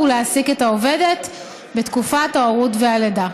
להעסיק את העובדת בתקופת ההורות והלידה.